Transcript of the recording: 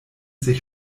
sich